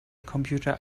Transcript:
computer